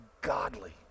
godly